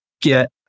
get